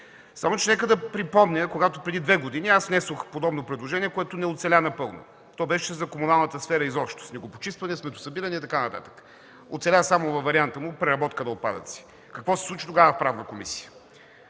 Само че нека припомня, когато преди две години внесох подобно предложение, то не оцеля напълно. То беше за комуналната сфера изобщо – снегопочистване, сметосъбиране и така нататък. Оцеля само във варианта му за преработка на отпадъци. Какво се случи тогава в Комисията